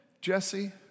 Jesse